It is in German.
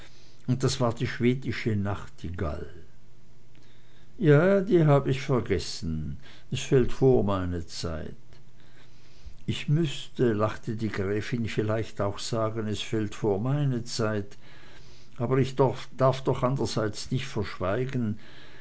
und das war die schwedische nachtigall ja die hab ich vergessen es fällt vor meine zeit ich müßte lachte die gräfin vielleicht auch sagen es fällt vor meine zeit aber ich darf doch andrerseits nicht verschweigen